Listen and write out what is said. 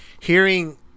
hearing